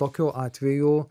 tokiu atveju